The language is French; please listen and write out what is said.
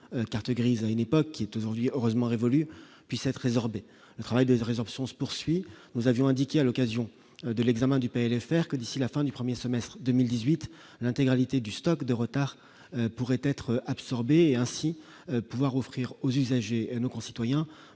cartes grises à une époque qui est aujourd'hui heureusement révolue puisse être résorbé, un travail de vrais option se poursuit, nous avions indiqué à l'occasion de l'examen du PLFR que d'ici la fin du 1er semestre 2018 l'intégralité du stock de retard pourrait être absorbé et ainsi pouvoir offrir aux usagers et nos concitoyens,